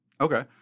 Okay